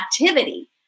activity